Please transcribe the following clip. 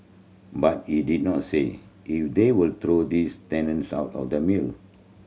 but he did not say if they will throw these tenants out of the mill